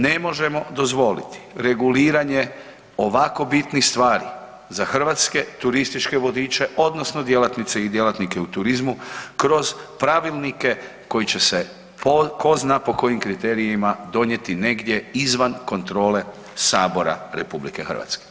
Ne možemo dozvoliti reguliranje ovako bitnih stvari za hrvatske turističke vodiče odnosno djelatnice i djelatnike u turizmu kroz pravilnike koji će se ko zna po kojim kriterijima donijeti negdje izvan kontrole Sabora RH.